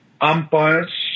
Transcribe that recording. umpires